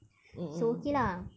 mmhmm mmhmm